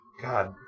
God